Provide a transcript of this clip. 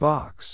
Box